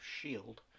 shield